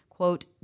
quote